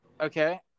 Okay